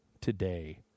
today